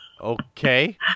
Okay